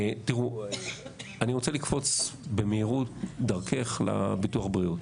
אני רוצה לקפוץ במהירות דרכך לביטוח בריאות.